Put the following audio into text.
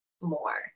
more